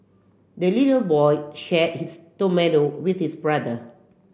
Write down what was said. the little boy shared his tomato with his brother